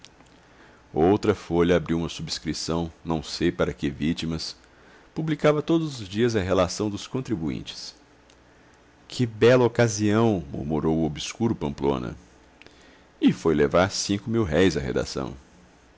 outra folha abriu uma subscrição não sei para que vítimas publicava todos os dias a relação dos contribuintes que bela ocasião murmurou o obscuro pamplona e foi levar cinco mil-réis à redação